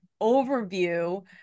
overview